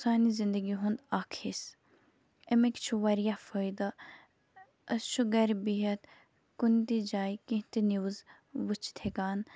سانہِ زندگی ہُند اکھ حصہ اَمِکۍ چھِ واریاہ فٲدٕ أسۍ چھِ گَرِ بِہتھ کُنتہِ جایہِ کینٛہہ تہِ نیوز وٕچھتۍ ہیٚکان